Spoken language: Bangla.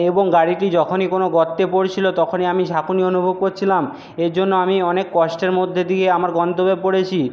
এবং গাড়িটি যখনই কোনো গর্তে পড়ছিলো তখনই আমি ঝাঁকুনি অনুভব করছিলাম এর জন্য আমি অনেক কষ্টের মধ্যে দিয়ে আমার গন্তব্যে পড়েছি